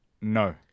no